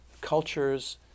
cultures